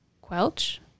Quelch